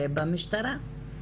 זה במשטרה,